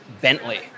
Bentley